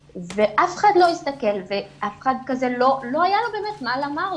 ואף אחד לא הסתכל ואף אחד לא היה לו באמת מה לומר לי,